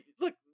look